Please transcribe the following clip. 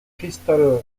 crystal